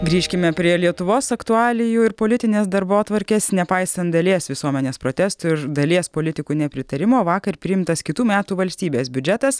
grįžkime prie lietuvos aktualijų ir politinės darbotvarkės nepaisant dalies visuomenės protestų ir dalies politikų nepritarimo vakar priimtas kitų metų valstybės biudžetas